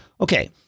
Okay